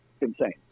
insane